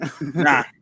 Nah